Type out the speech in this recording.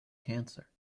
cancer